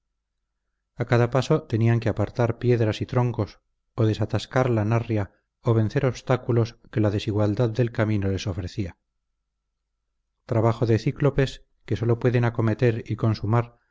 a cada paso tenían que apartar piedras y troncos o desatascar la narria o vencer obstáculos que la desigualdad del camino les ofrecía trabajo de cíclopes que sólo pueden acometer y consumar